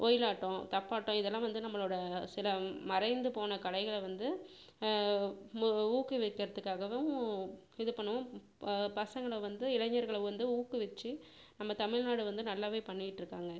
ஒயிலாட்டம் தப்பாட்டம் இதெல்லாம் வந்து நம்மளோட சில மறைந்து போன கலைகள வந்து மு ஊக்குவிக்கிறதுக்காகவும் இது பண்ணவும் ப பசங்களை வந்து இளைஞர்களை வந்து ஊக்குவிச்சு நம்ம தமிழ்நாடை வந்து நல்லாவே பண்ணிகிட்ருக்காங்க